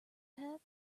pet